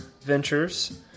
ventures